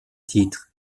titre